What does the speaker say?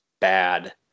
bad